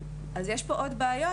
אז יש פה עוד בעיות,